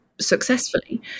successfully